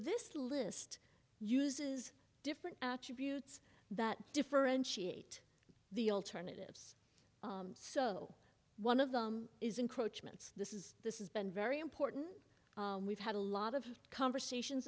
this list uses different attributes that differentiate the alternatives so one of them is encroachments this is been very important and we've had a lot of conversations